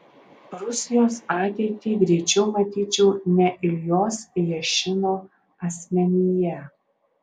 rusijos ateitį greičiau matyčiau ne iljos jašino asmenyje